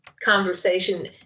Conversation